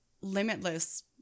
limitless